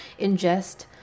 ingest